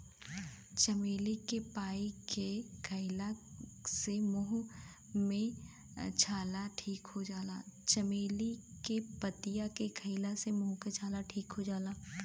चमेली के पतइ के खईला से मुंह के छाला ठीक हो जाला